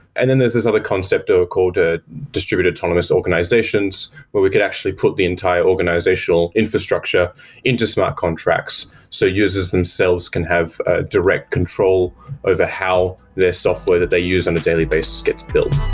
and then there's this other concept ah called ah distributed autonomous organizations where we could actually put the entire organizational infrastructure into smart contracts so users themselves can have ah direct control over how the software that they use on a daily bases gets build